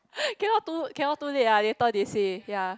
cannot too cannot too late ah later they say ya